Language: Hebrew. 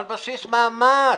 על בסיס מעמד,